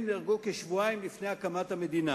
הם נהרגו כשבועיים לפני הקמת המדינה,